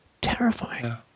Terrifying